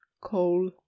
coal